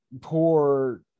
poor